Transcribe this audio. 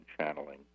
channeling